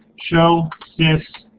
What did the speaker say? show sys